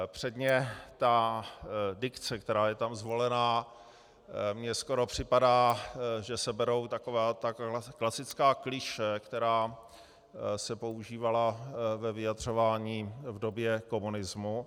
Předně ta dikce, která je tam zvolená, mně skoro připadá, že se berou taková ta klasická klišé, která se používala ve vyjadřování v době komunismu.